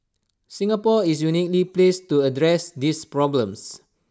Singapore is uniquely placed to address these problems